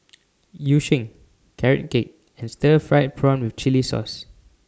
Yu Sheng Carrot Cake and Stir Fried Prawn with Chili Sauce